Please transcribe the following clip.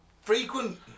frequent